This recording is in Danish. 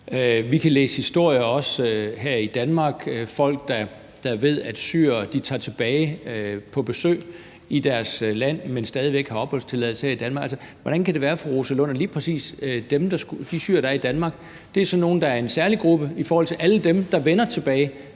i Danmark læse historier fortalt af folk, der ved, at syrere tager tilbage på besøg i deres land, mens de stadig væk har opholdstilladelse her i Danmark. Hvordan kan det være, fru Rosa Lund, at lige præcis de syrere, der er i Danmark, er sådan nogen, der er i en særlig gruppe i forhold til alle dem, der vender tilbage